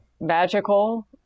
Magical